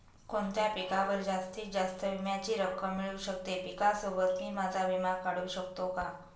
कोणत्या पिकावर जास्तीत जास्त विम्याची रक्कम मिळू शकते? पिकासोबत मी माझा विमा काढू शकतो का?